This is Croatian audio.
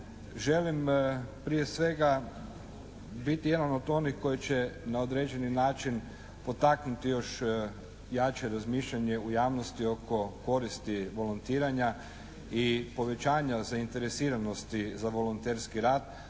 želim prije svega biti jedan od onih koji će na određeni način potaknuti još jače razmišljanje u javnosti oko koristi volontiranja i povećanja zainteresiranosti za volonterski rad